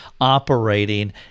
operating